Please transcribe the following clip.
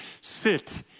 sit